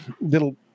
little